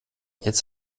jetzt